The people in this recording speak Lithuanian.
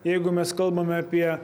jeigu mes kalbame apie